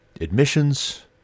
admissions